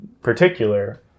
particular